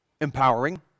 empowering